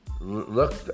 Look